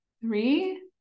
three